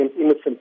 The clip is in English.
innocent